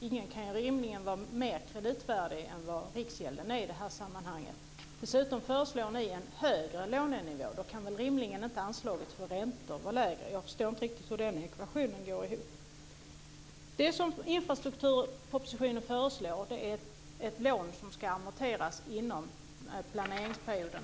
Ingen kan rimligen vara mer kreditvärdig än vad Riksgälden är i det här sammanhanget. Dessutom föreslår ni en högre lånenivå. Då kan väl rimligen inte anslaget för räntor vara lägre. Jag förstår inte riktigt hur den ekvationen går ihop. Det som infrastrukturpropositionen föreslår är ett lån som ska amorteras inom planeringsperioden.